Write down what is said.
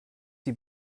die